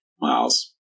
miles